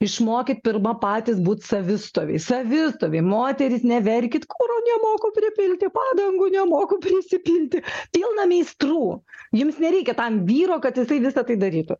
išmokit pirma patys būti savistoviai savistoviai moterys neverkit kuro nemoku pripilti padangų nemoku prisipilti pilna meistrų jums nereikia tam vyro kad jisai visa tai darytų